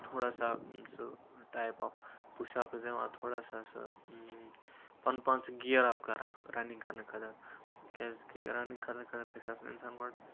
تھوڑا سا سُہ ٹایپ آف پُش اَپٔس دِوان تھوڑا سا سُہ پَنُن پان سُہ گِیر اَپ کران رَنِنگ کرنہٕ خٲطرٕ کیازِ کہِ رَنِنگ کرنہٕ خٲطرٕ گژھِ آسُن اِنسان گۄڈٕ